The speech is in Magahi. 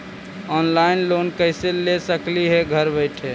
ऑनलाइन लोन कैसे ले सकली हे घर बैठे?